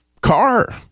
car